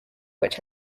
which